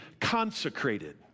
consecrated